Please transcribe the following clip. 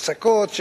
הצקות,